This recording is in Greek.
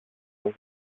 μαζί